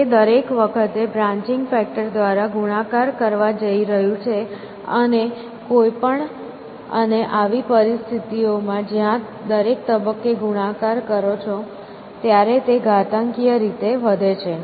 તે દરેક વખતે બ્રાન્ચિન્ગ ફેક્ટર દ્વારા ગુણાકાર કરવા જઇ રહ્યું છે અને કોઈપણ અને આવી પરિસ્થિતિઓમાં જ્યાં તમે દરેક તબક્કે ગુણાકાર કરો છો ત્યારેતે ઘાતાંકીય રીતે વધે છે